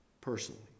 personally